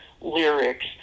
lyrics